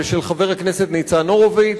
ושל חבר הכנסת ניצן הורוביץ.